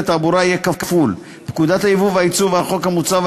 תעבורה יהיה כפול: פקודת היבוא והיצוא והחוק המוצע.